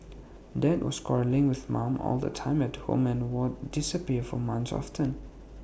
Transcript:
dad was quarrelling with mum all the time at home and would disappear for months often